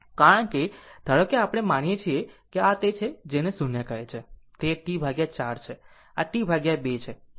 કારણ કે ધારો કે આપણે માનીએ છીએ કે આ તે છે જેને 0 કહે છે આ T 4 છે આ T 2 છે આ 3 T 4 છે અને આ T છે